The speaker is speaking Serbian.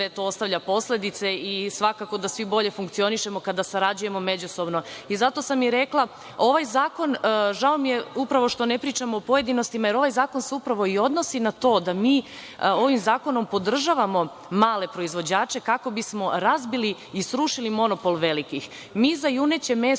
to ostavlja posledice i svakako da svi bolje funkcionišemo kada sarađujemo međusobno.I, zato sam i rekla ovaj zakon, žao mi je, upravo što ne pričamo o pojedinostima, jer ovaj zakon se upravo i odnosi na to da mi ovim zakonom podržavamo male proizvođače, kako bismo razbili i srušili monopol velikih. Mi za juneće meso